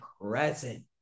present